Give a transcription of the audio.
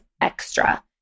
extra